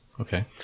okay